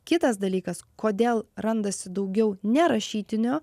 kitas dalykas kodėl randasi daugiau ne rašytinio